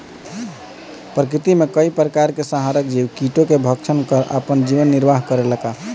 प्रकृति मे कई प्रकार के संहारक जीव कीटो के भक्षन कर आपन जीवन निरवाह करेला का?